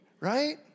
right